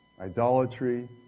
idolatry